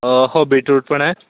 हो बीटरूट पण आहे